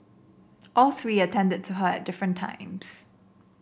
all three attended to her at different times